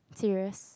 serious